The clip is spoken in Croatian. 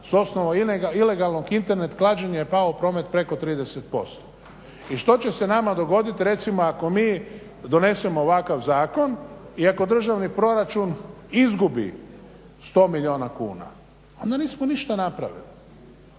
s osnova ilegalnog Internet klađenja je pao promet preko 30%. I što će se nama dogoditi recimo ako mi donesemo ovakav zakon i ako državni proračun izgubi 100 milijuna kuna? Onda nismo ništa napravili.